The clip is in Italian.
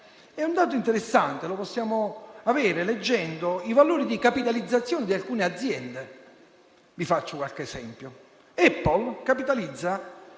Un elemento interessante lo possiamo trarre leggendo i valori di capitalizzazione di alcune aziende. Vi faccio qualche esempio. Apple capitalizza